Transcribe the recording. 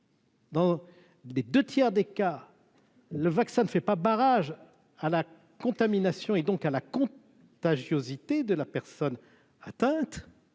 Dans des 2 tiers des cas, le vaccin ne fait pas barrage à la contamination et donc à la con, tu agis auditer de la personne atteinte,